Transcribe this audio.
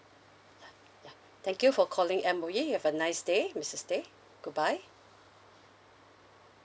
ya ya thank you for calling M_O_E you have a nice day missus tay goodbye